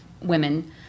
women